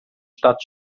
stadt